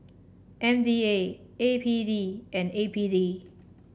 M D A A P D and A P D